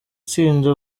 tsinda